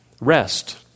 Rest